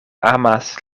amas